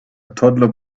toddler